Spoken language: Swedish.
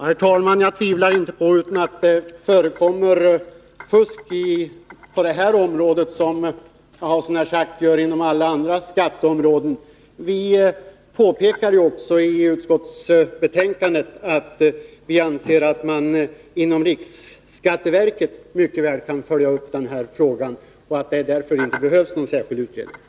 Herr talman! Jag tvivlar inte på att det förekommer fusk på detta område liksom på i stort sett alla skatteområden. Vi påpekar ju också i utskottsbetänkandet att vi anser att man inom riksskatteverket mycket väl kan följa upp denna fråga och att det därför inte behövs någon särskild utredning.